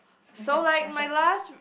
so like my last